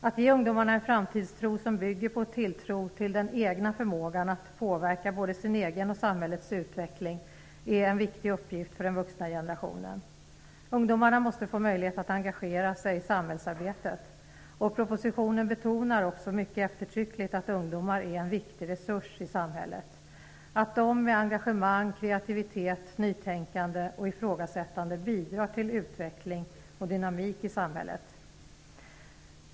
Att ge ungdomarna en framtidstro som bygger på tilltro till den egna förmågan att påverka både sin egen och samhällets utveckling är en viktig uppgift för den vuxna generationen. Ungdomarna måste få möjlighet att engagera sig i samhällsarbetet. Propositionen betonar också mycket eftertryckligt att ungdomar är en viktig resurs i samhället, att de med engagemang, kreativitet, nytänkande och ifrågasättande bidrar till utveckling och dynamik i samhället.